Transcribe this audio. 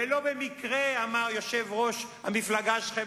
ולא במקרה אמר יושב-ראש המפלגה שלכם,